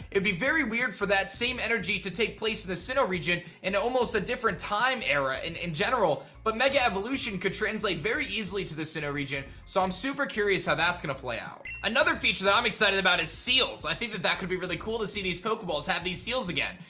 it'd be very weird for that same energy to take place in the sinnoh region in almost a different time era in, in general. but, mega evolution could translate very easily to the sinnoh region so i'm super curious how that's going to play out. another feature that i'm excited about is seals. i think that that could be really cool to see these poke balls have these seals again.